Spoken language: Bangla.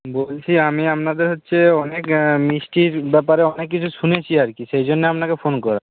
বলছি আমি আপনাদের হচ্ছে অনেক মিষ্টির ব্যাপারে অনেক কিছু শুনেছি আর কি সেই জন্য আপনাকে ফোন করা